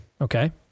Okay